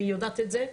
והיא יודעת את זה,